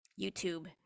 YouTube